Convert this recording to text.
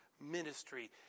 ministry